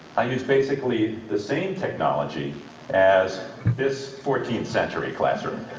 i use basically the same technology as this fourteenth century classroom.